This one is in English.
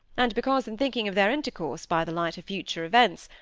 and because, in thinking of their intercourse by the light of future events,